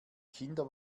kinder